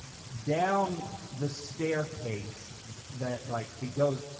down the staircase that like it goes,